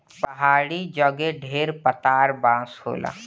पहाड़ी जगे ढेर पातर बाँस होला